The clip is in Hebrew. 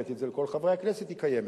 הבאתי את זה לכל חברי כנסת, הן קיימות.